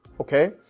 Okay